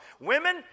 Women